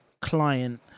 client